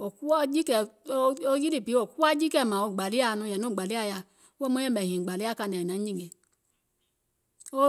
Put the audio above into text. Wo kuwa jiikɛ̀ɛ, wo yilì bi kuwa jiikɛ̀ɛ mȧȧŋ wo gbȧliàa nɔŋ, wèè maŋ yɛ̀mɛ̀ e hììŋ gbȧliȧa kȧìŋ nɛ è naŋ nyìngè, wo